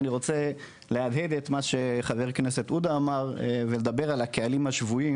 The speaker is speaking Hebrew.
אני רוצה להדהד לגבי מה שחבר הכנסת עודה אמר ולדבר אל הקהלים השבויים